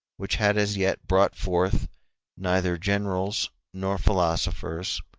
which had as yet brought forth neither generals, nor philosophers,